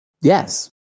yes